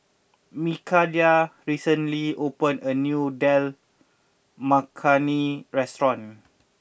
Mikayla recently opened a new Dal Makhani restaurant